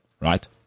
right